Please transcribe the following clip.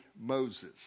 Moses